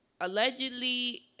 Allegedly